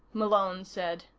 malone said.